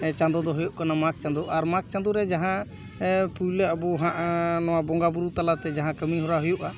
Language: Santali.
ᱪᱟᱸᱫᱚ ᱫᱚ ᱦᱩᱭᱩᱜ ᱠᱟᱱᱟ ᱢᱟᱜᱽ ᱪᱟᱸᱫᱚ ᱟᱨ ᱢᱟᱜᱽ ᱪᱟᱸᱫᱳ ᱨᱮ ᱡᱟᱦᱟᱸ ᱯᱩᱭᱞᱟᱹ ᱟᱵᱚ ᱦᱟᱸᱜ ᱱᱚᱣᱟ ᱵᱚᱸᱜᱟ ᱵᱳᱨᱳ ᱛᱟᱞᱟᱛᱮ ᱛᱮ ᱡᱟᱦᱟᱸ ᱠᱟᱹᱢᱤ ᱦᱚᱨᱟ ᱦᱩᱭᱩᱜᱼᱟ